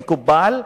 כמקובל,